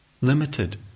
limited